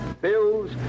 Bills